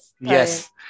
yes